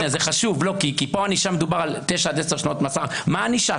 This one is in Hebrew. זה חשוב כי פה מדובר על 9 שנות מאסר מה הענישה?